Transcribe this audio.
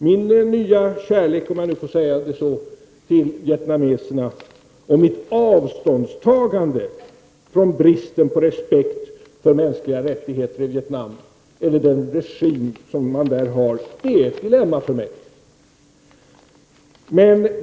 Min nya kärlek, om jag får säga så, till vietnameserna och mitt avståndstagande från bristen på respekt för mänskliga rättigheter i Vietnam eller från den regim man där har är ett dilemma för mig.